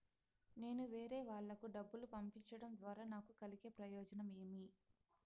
నేను వేరేవాళ్లకు డబ్బులు పంపించడం ద్వారా నాకు కలిగే ప్రయోజనం ఏమి?